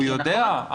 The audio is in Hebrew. הוא יודע,